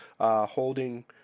holding